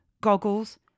goggles